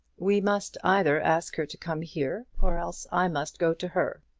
we must either ask her to come here, or else i must go to her,